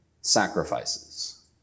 sacrifices